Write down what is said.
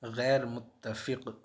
غیرمتفق